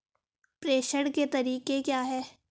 प्रेषण के तरीके क्या हैं?